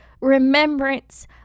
remembrance